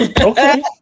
Okay